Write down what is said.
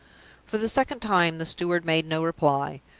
for the second time the steward made no reply.